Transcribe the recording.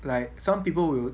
like some people will